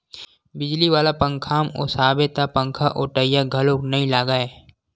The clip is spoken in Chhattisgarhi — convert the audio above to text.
बिजली वाला पंखाम ओसाबे त पंखाओटइया घलोक नइ लागय